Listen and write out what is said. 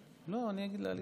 לא, אני אגיד לעליזה.